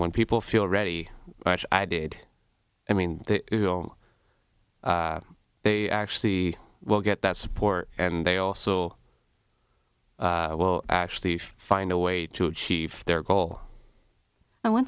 when people feel ready i did i mean they will they actually will get that support and they also will actually find a way to achieve their goal and one